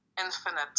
infinite